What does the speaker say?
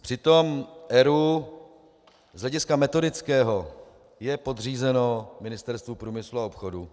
Přitom ERÚ z hlediska metodického je podřízen Ministerstvu průmyslu a obchodu.